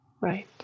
Right